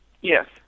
Yes